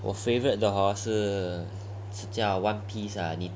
我 favourite 的 hor 是叫 one piece ah 你懂吗